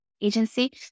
agency